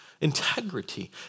Integrity